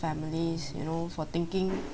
families you know for thinking